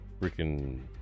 freaking